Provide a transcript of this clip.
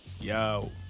Yo